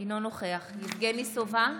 אינו נוכח יבגני סובה,